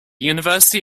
university